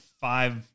five